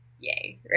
Yay